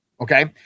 Okay